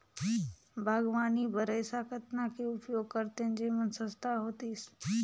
बागवानी बर ऐसा कतना के उपयोग करतेन जेमन सस्ता होतीस?